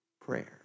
Prayer